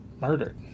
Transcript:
murdered